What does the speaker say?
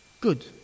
good